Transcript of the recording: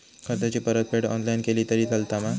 कर्जाची परतफेड ऑनलाइन केली तरी चलता मा?